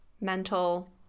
mental